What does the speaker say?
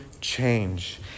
change